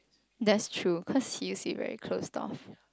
that's true cause he used say very close stuff